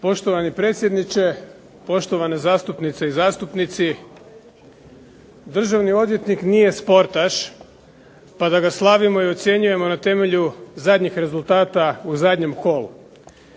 Poštovani predsjedniče, poštovane zastupnice i zastupnici. Državni odvjetnik nije sportaš pa da ga slavimo i ucjenjujemo na temelju zadnjih rezultata u zadnjem kolu.